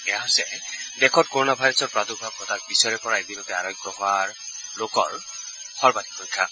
এয়া হৈছে দেশত ক'ৰণা ভাইৰাছৰ প্ৰাদূৰ্ভাব ঘটাৰ পিছৰে পৰা এদিনতে আৰোগ্য হোৱাৰ লোকৰ সৰ্বাধিক সংখ্যা